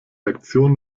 aktion